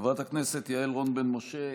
חברת הכנסת יעל רון בן משה,